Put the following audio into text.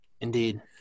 indeed